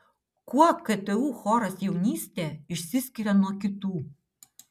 kuo ktu choras jaunystė išsiskiria nuo kitų